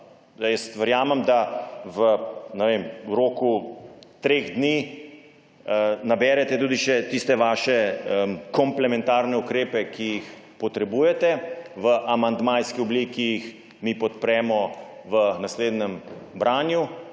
ne vem, v roku treh dni naberete tudi še tiste svoje komplementarne ukrepe, ki jih potrebujete, v amandmajski obliki jih mi podpremo v naslednjem branju,